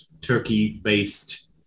Turkey-based